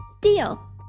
Deal